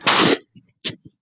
== הערות שוליים ==